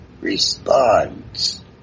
responds